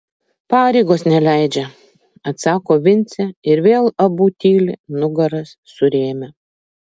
pareigos neleidžia atsako vincė ir vėl abu tyli nugaras surėmę